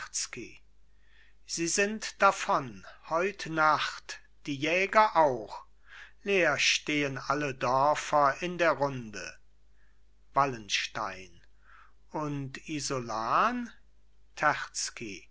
sie sind davon heut nacht die jäger auch leer stehen alle dörfer in der runde wallenstein und isolan